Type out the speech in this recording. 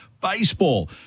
baseball